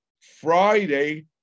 Friday